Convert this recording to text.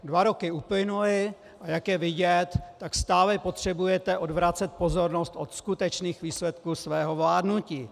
Dva roky uplynuly, a jak je vidět, stále potřebujete odvracet pozornost od skutečných výsledků svého vládnutí.